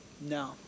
No